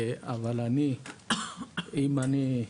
אבל אני, אם אני,